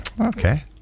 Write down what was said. Okay